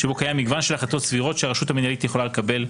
שבו קיים מגוון של החלטות סבירות אשר הרשות המנהלית יכולה לקבל.